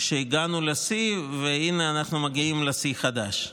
שהגענו לשיא, הינה, אנחנו מגיעים לשיא חדש.